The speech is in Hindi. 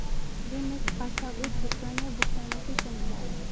ऋण एक आस्थगित भुगतान, या भुगतानों की श्रृंखला है